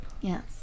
yes